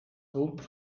groen